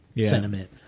sentiment